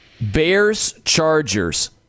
Bears-Chargers